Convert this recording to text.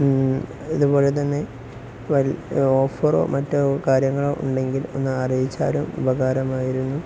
മ്മ് അതുപോലെ തന്നെ വല്ല ഓഫറോ മറ്റു കാര്യങ്ങളോ ഉണ്ടെങ്കിൽ ഒന്ന് അറിയിച്ചാലും ഉപകാരമായിരുന്നു